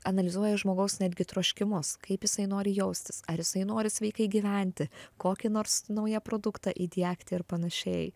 analizuoja žmogaus netgi troškimus kaip jisai nori jaustis ar jisai nori sveikai gyventi kokį nors naują produktą įdiegti ir panašiai